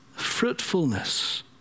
Fruitfulness